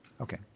Okay